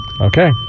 Okay